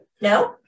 No